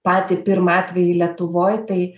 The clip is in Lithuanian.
patį pirmą atvejį lietuvoj tai